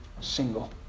single